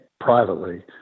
privately